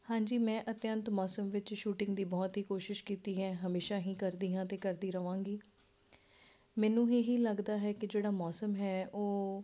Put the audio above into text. ਹਾਂਜੀ ਮੈਂ ਅਤਿਅੰਤ ਮੌਸਮ ਵਿੱਚ ਸ਼ੂਟਿੰਗ ਦੀ ਬਹੁਤ ਹੀ ਕੋਸ਼ਿਸ਼ ਕੀਤੀ ਹੈ ਹਮੇਸ਼ਾ ਹੀ ਕਰਦੀ ਹਾਂ ਅਤੇ ਕਰਦੀ ਰਹਾਂਗੀ ਮੈਨੂੰ ਵੀ ਇਹੀ ਲੱਗਦਾ ਹੈ ਕਿ ਜਿਹੜਾ ਮੌਸਮ ਹੈ ਉਹ